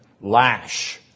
lash